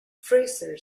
fraser